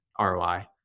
ROI